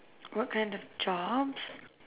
what kind of jobs